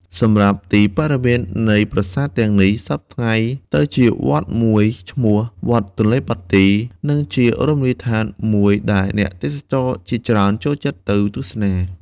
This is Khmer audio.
សម្រាប់ទីបរិវេណនៃប្រាសាទទាំងនេះសព្វថៃ្ងទៅជាវត្តមួយឈ្មោះ វត្តទនេ្លបាទី និងជារមណីដ្ឋានមួយ ដែលអ្នកទេសចរណ៍ជាច្រើនចូលចិត្តទៅទស្សនា។